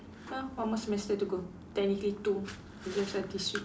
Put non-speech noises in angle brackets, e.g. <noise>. <noise> one more semester to go technically two exams start this week